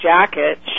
jacket